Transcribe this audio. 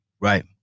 Right